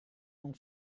dans